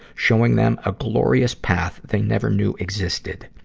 showing them a glorious path they never knew existed.